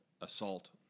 assault